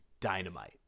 dynamite